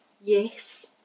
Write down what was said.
yes